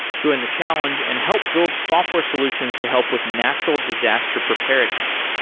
to win the challenge and help build software solutions to help with natural disaster preparedness,